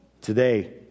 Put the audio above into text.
Today